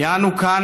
כי אנו כאן,